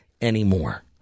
anymore